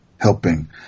helping